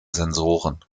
sensoren